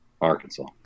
Arkansas